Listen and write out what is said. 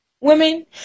women